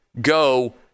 go